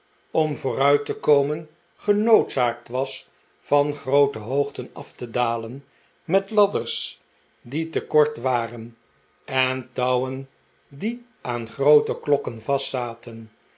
om vooruit te komen genoodzaakt was van groote hoogten af te dalen met ladders die te kort waren en touwen die aan groote klokken